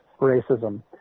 racism